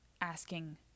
asking